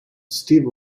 steve